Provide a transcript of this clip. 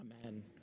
Amen